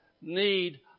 need